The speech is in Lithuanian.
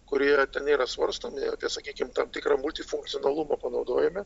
kurie ten yra svarstomi apie sakykim tam tikrą multifunkcionalumą panaudojime